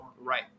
Right